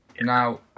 Now